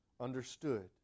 understood